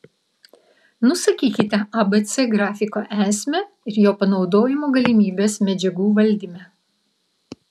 nusakykite abc grafiko esmę ir jo panaudojimo galimybes medžiagų valdyme